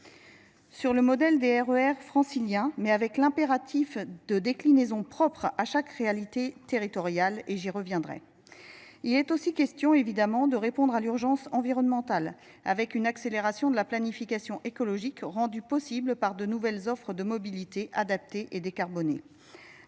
Sur le modèle des Ee r franciliens, mais avec l'impératif de déclinaisons propre à chaque réalité territoriale et j'y reviendrai il est aussi question évidemment de répondre à l'urgence environnementale avec une accélération de la planification écologique rendue possible par de nouvelles offres de mobilité adaptée et décarbonée.